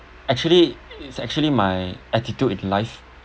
actually it's actually my attitude in life